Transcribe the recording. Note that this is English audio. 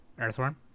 Earthworm